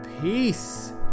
Peace